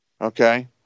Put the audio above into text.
Okay